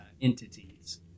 entities